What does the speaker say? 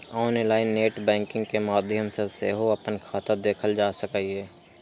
online net banking के माध्यम सं सेहो अपन खाता देखल जा सकैए